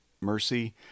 mercy